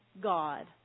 God